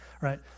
right